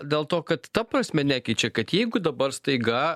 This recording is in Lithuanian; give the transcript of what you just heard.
dėl to kad ta prasme nekeičia kad jeigu dabar staiga